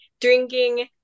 drinking